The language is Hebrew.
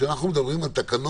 ולומר שכאשר אנחנו מדברים על תקנות